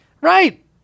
Right